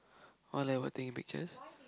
all like what taking pictures